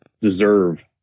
deserve